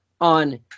on